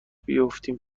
بیفتیم